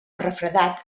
refredat